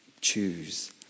choose